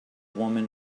woman